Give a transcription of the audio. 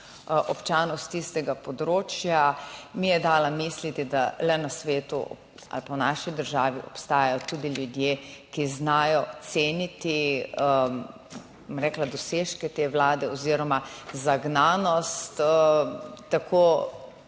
občanov s tistega področja, mi je dala misliti, da le na svetu, ali pa v naši državi obstajajo tudi ljudje, ki znajo ceniti bom rekla dosežke te Vlade oziroma zagnanost tako